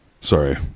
Sorry